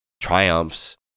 triumphs